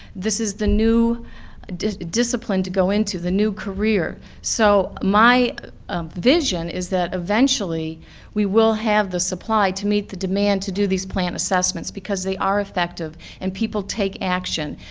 this is the new discipline to go into, the new career. so my vision that eventually we will have the supply to meet the demand to do these plant assessments because they are effective and people take action,